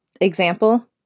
Example